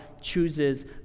chooses